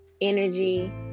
energy